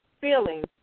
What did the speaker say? feeling